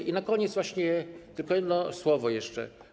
I na koniec właśnie tylko jedno słowo jeszcze.